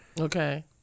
Okay